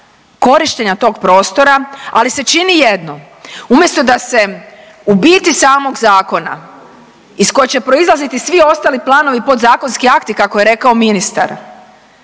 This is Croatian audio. korištenja tog prostora, ali se čini jedno. Umjesto da se u biti samog zakona iz koje će proizlaziti svi ostali planovi i podzakonski akti, kako je rekao ministar,